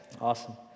Awesome